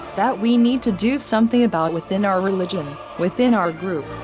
that we need to do something about within our religion, within our group.